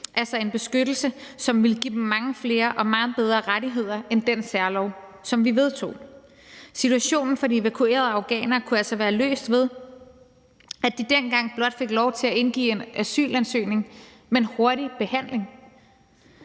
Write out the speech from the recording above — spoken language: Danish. altså en beskyttelse, som ville give dem mange flere og meget bedre rettigheder end den særlov, som vi vedtog. Situationen for de evakuerede afghanere kunne altså dengang have været løst, ved at de blot fik lov til at indgive en asylansøgning med en hurtig behandling.